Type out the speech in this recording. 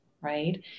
right